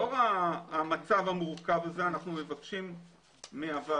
יש דברים פה ב-4.2ב שאנחנו דוחים את הדחייה שלהם,